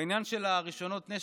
בעניין של רישיונות נשק,